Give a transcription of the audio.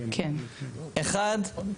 אחת,